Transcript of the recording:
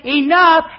enough